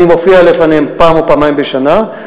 אני מופיע לפניהם פעם, או פעם בשנה.